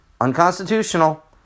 unconstitutional